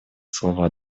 слова